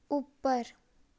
ਉੱਪਰ